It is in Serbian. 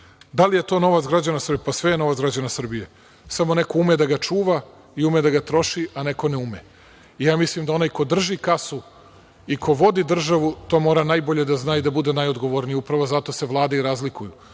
da li je to novac građana Srbije? Sve je novac građana Srbije. Samo neko ume da ga čuva i ume da ga troši, a neko ne ume. Mislim da onaj ko drži kasu i ko vodi državu to mora najbolje da zna i da bude najodgovorniji. Upravo se zato vlade i razlikuju.